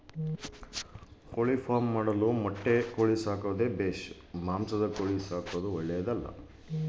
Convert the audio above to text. ಕೋಳಿಫಾರ್ಮ್ ಮಾಡಲು ಮೊಟ್ಟೆ ಕೋಳಿ ಸಾಕೋದು ಬೇಷಾ ಇಲ್ಲ ಮಾಂಸದ ಕೋಳಿ ಸಾಕೋದು ಒಳ್ಳೆಯದೇ?